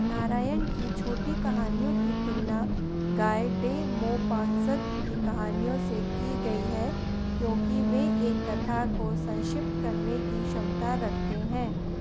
नारायण की छोटी कहानियों की तुलना गायडे मौपासंत की कहानियों से की गई हैं क्योंकि वे एक कथा को संक्षिप्त करने की क्षमता रखते हैं